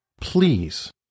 please